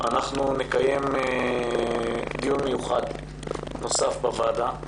אנחנו נקיים דיון מיוחד נוסף בוועדה,